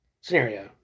scenario